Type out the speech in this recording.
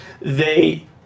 They-